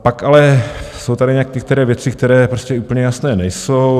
Pak ale jsou tady některé věci, které prostě úplně jasné nejsou.